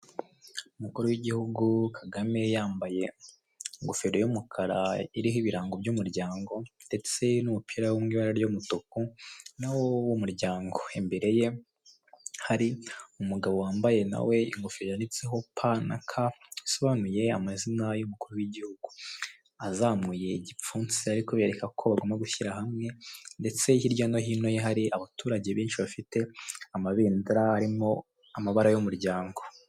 Umukuru w'igihugu kagame yambaye ingofero y'umukara iriho ibirango by'umuryango, ndetse n'umupira wo mu ibara ry'umutuku nawo w'umuryango, imbere ye hari umugabo wambaye nawe ingofero yanditseho p na k bisobanuye amazina y'umukuru w'igihugu, azamuye igipfunsi arikubereka ko bagomba gushyira hamwe, ndetse hirya no hino ye hari abaturage benshi bafite amabendera arimo amabara y'umuryango.